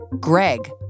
Greg